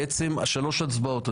שלוש הצבעות.